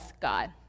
God